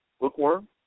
Bookworm